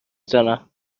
زنم